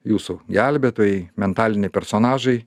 jūsų gelbėtojai mentaliniai personažai